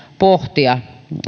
pohtia